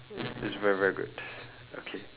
is very very good okay